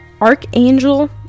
Archangel